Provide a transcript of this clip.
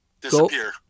disappear